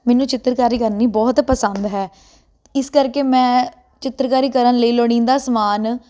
ਮੈਨੂੰ ਚਿੱਤਰਕਾਰੀ ਕਰਨੀ ਬਹੁਤ ਪਸੰਦ ਹੈ ਇਸ ਕਰਕੇ ਮੈਂ ਚਿੱਤਰਕਾਰੀ ਕਰਨ ਲਈ ਲੋੜੀਂਦਾ ਸਮਾਨ